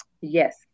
yes